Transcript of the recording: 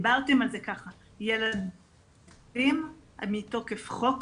ילדים מתוקף חוק